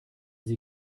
sie